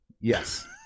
yes